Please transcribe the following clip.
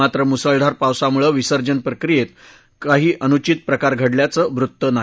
मात्र मुसळधार पावसामुळं विसर्जनप्रक्रीयेत कोणताही अनुचित प्रकार घडल्याचं वृत्त नाही